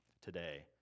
today